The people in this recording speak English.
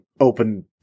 Open